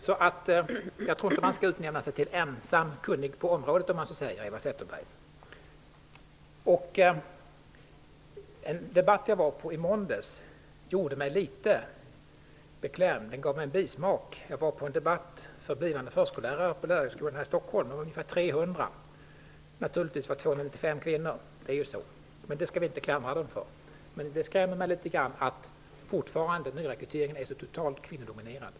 Jag tycker alltså inte att Eva Zetterberg skall utnämna sig till den som ensam är kunnig på området. I måndags var jag på en debatt för blivande förskollärare på Lärarhögskolan här i Stockholm. Det var ungefär 300 -- naturligtvis var 295 kvinnor; det är ju så. Men det skall vi inte klandra dem för. Men det skrämmer mig litet grand att nyrekryteringen fortfarande är så totalt kvinnodominerad.